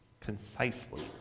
Concisely